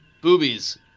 Boobies